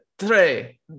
Three